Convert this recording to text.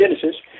Genesis